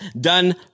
done